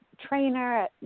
trainer